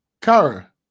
Kara